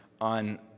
on